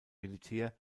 militär